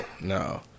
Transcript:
No